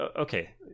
Okay